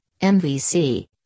MVC